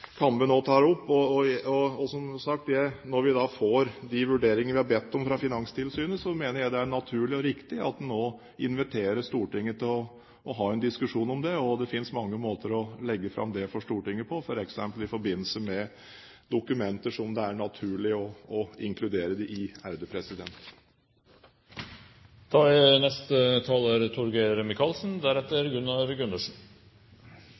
nå tar opp. Og, som sagt, når vi får de vurderingene vi har bedt om fra Finanstilsynet, mener jeg det er naturlig og riktig at en også inviterer Stortinget til å ha en diskusjon om det. Det finnes mange måter å legge fram det for Stortinget på, f.eks. i forbindelse med dokumenter som det er naturlig å inkludere det i. Jeg er enig både med interpellanten og finansministeren i at de tre selskapene som er